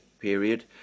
period